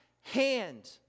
hand